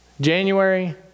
January